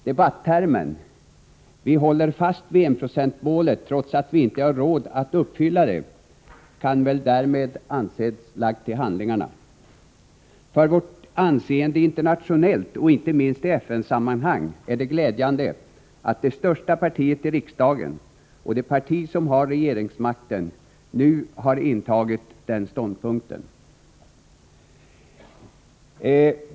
Debatttermen ”vi håller fast vid enprocentsmålet trots att vi inte nu har råd att uppfylla det” kan väl därmed anses lagd till handlingarna. För vårt anseende internationellt, och inte minst i FN-sammanhang, är det glädjande att det största partiet i riksdagen, det parti som har regeringsmakten, nu har intagit den ståndpunkten.